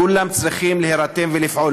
כולם צריכים להירתם ולפעול.